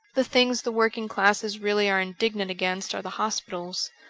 the things the working classes really are indignant against are the hospitals.